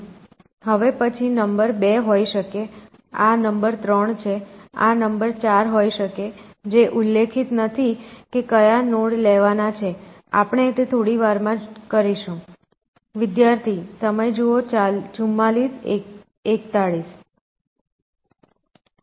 હવે પછી નંબર 2 હોઈ શકે આ નંબર 3 છે આ નંબર 4 હોઈ શકે છે જે ઉલ્લેખિત નથી કે કયા નોડ લેવાના છે આપણે તે થોડી વારમાં કરીશું